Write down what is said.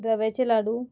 रव्याचे लाडू